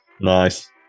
Nice